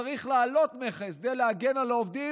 שצריך לעלות מכס כדי להגן על העובדים,